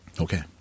Okay